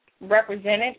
represented